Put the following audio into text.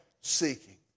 seeking